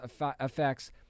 affects